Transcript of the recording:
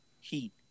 heat